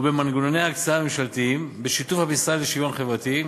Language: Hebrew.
ובמנגנוני ההקצאה הממשלתיים בשיתוף המשרד לשוויון חברתי,